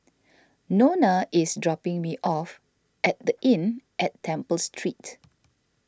Nona is dropping me off at the Inn at Temple Street